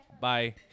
Bye